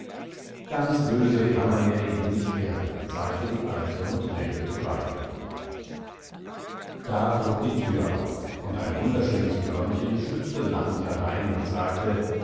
ganz böse kann man ihr eben nicht werden sagte die alte und lächelte beifällig da flog die tür auf und ein wunderschönes blondchen schlüpfte lachend herein und sagte